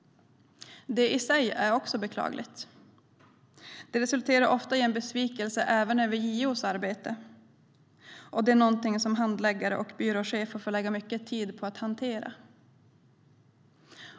Det i sig är också beklagligt. Det resulterar ofta i en besvikelse även över JO:s arbete, och det är någonting som handläggare och byråchefer får lägga ned mycket tid på att hantera.